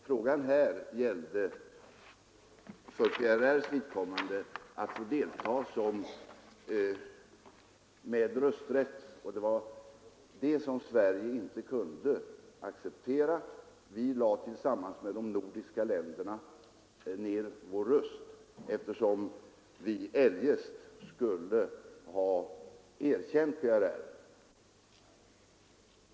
Frågan här gällde för PRR:s vidkommande att få delta med rösträtt, och det var det som Sverige inte kunde acceptera. Vi lade tillsammans med de övriga nordiska länderna ner vår röst eftersom vi eljest skulle ha erkänt PRR.